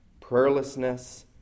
Prayerlessness